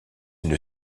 une